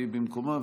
והיא במקומה,